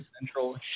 Central